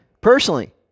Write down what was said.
personally